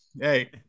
hey